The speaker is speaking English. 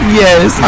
yes